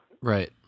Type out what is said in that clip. Right